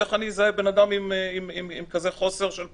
איך אזהה בן-אדם עם כזה חוסר של פרטים?